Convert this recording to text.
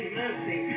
mercy